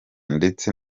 ndetse